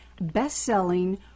best-selling